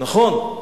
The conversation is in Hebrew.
נכון,